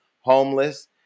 homeless